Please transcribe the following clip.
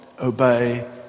obey